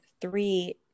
three